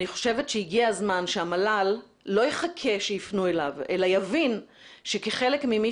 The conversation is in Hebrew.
אני חושבת שהגיע הזמן שהמל"ל לא יחכה שיפנו אליו אלא יבין שכחלק ממי